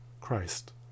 Christ